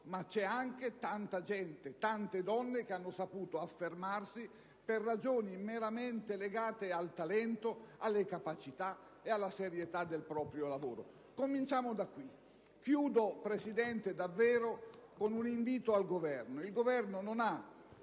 ma ci sono anche tante donne che hanno saputo affermarsi per ragioni meramente legate al talento, alle capacità e alla serietà del proprio lavoro. Cominciamo da qui. Concludo, signora Presidente, con un invito al Governo. Come è noto,